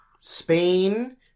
spain